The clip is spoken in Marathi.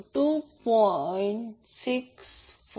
647 j1